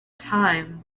time